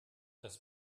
das